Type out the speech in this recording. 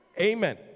Amen